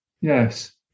Yes